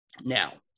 Now